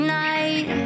night